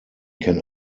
can